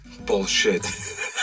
Bullshit